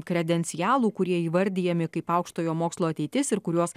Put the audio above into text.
kredencialų kurie įvardijami kaip aukštojo mokslo ateitis ir kuriuos